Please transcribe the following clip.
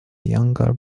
younger